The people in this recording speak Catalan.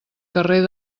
carrer